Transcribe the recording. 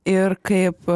ir kaip